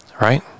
Right